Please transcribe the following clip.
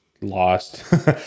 lost